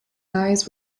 eyes